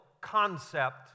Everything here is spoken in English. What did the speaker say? concept